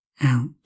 out